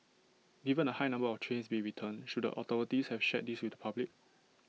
given the high number of trains being returned should the authorities have shared this with the public